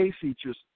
features